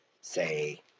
say